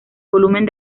volumen